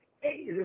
Hey